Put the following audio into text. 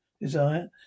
Desire